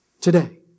Today